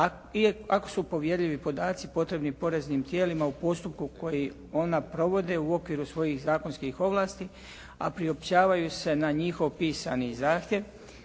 ako su povjerljivi podaci potrebni poreznim tijelima u postupku koji ona provode u okviru svojih zakonskih ovlasti a priopćavaju se na njihov pisani zahtjev